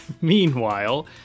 Meanwhile